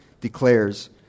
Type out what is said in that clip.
declares